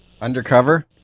Undercover